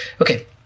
Okay